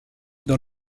dans